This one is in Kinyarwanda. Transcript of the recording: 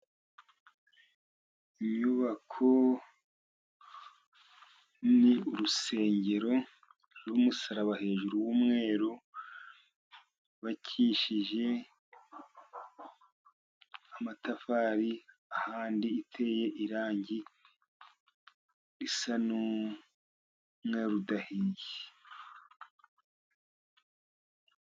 Inyubako ni urusengero ruriho umusaraba hejuru w'umweru, hubakijije amatafari ahandi iteye irangi risa n'umweru de.